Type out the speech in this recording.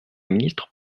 ministre